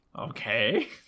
Okay